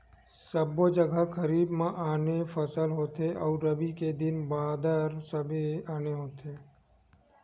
सबो जघा खरीफ म आने फसल होथे अउ रबी के दिन बादर समे आने होथे